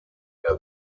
der